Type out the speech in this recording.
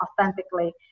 authentically